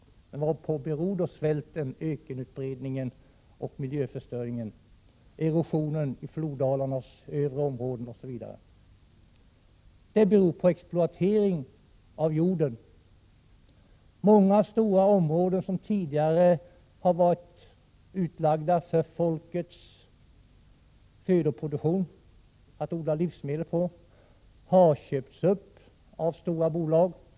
Vad beror då svälten, ökenutbredningen, miljöförstöringen, erosionen i floddalarnas övre områden osv. på? Jo, allt detta beror på exploateringen av jorden. Många stora områden, som tidigare har varit avsedda för livsmedelsodling — födoproduktion — har köpts upp av stora bolag.